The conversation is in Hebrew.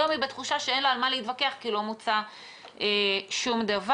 היום היא בתחושה שאין לה על מה להתווכח כי לא מוצע שום דבר.